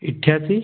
इक्यासी